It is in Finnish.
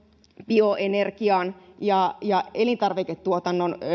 bioenergian ja ja elintarviketuotannon